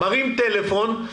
מרים טלפון,